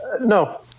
No